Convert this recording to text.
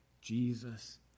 Jesus